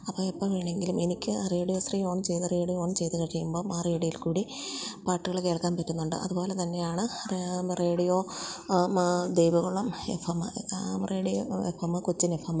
അത് എപ്പോള് വേണമെങ്കിലും എനിക്ക് റേഡിയോശ്രീ ഓൺ ചെയ്ത് റേഡിയോ ഓൺ ചെയ്ത് കഴിയുമ്പോള് ആ റേഡിയോയിൽ കൂടി പാട്ടുകള് കേൾക്കാൻ പറ്റുന്നുണ്ട് അതുപോലെ തന്നെയാണ് Devikulam F M radio F M Cochin F M